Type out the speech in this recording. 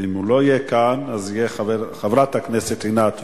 ואם הוא לא יהיה כאן, חברת הכנסת עינת וילף.